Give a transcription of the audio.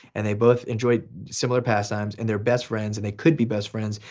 and they both enjoyed similar pastimes, and they're best friends and they could be best friends.